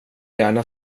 gärna